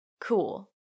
cool